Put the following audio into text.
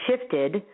shifted